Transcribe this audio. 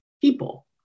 people